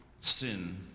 sin